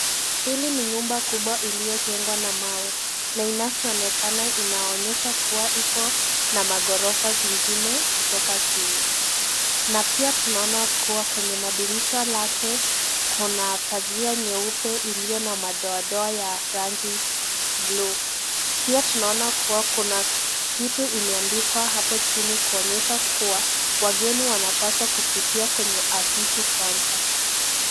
Hii ni nyumba kubwa iliyojengwa na mawe, na inavyoonekana inaonyesha kuwa iko na magorofa zingine kutoka chini. Na pia tunaona kuwa kwenye madirisha lake kuna pasia nyeupe iliyo na madoadoa ya rangi (bluu). Pia tunaona kuwa kuna kitu imeandikwa hapo chini kuonyesha kuwa wageni wanapaswa kuputia kwenye ofisi kwanza.